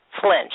flinch